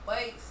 Wait